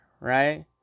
right